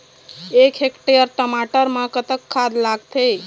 एक हेक्टेयर टमाटर म कतक खाद लागथे?